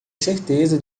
certeza